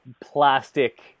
plastic